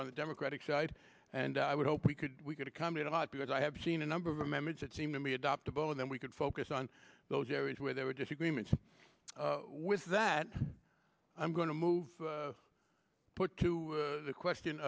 the democratic side and i would hope we could we could accommodate a lot because i have seen a number of amendments that seem to be adoptable and then we could focus on those areas where there were disagreements with that i'm going to move to put to the question